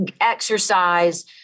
exercise